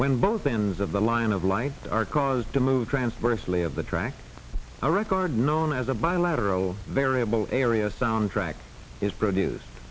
when both ends of the line of light are caused to move transversely of the track record known as a bilateral variable area sound track is produce